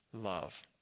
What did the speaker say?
love